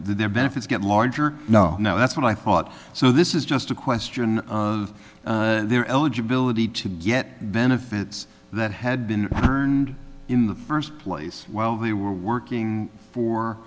their benefits get larger no no that's what i thought so this is just a question of their eligibility to get benefits that had been turned in the first place while they were working for